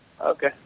Okay